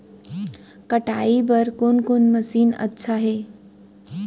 कटाई बर कोन कोन मशीन अच्छा हे?